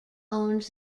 owns